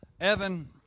Evan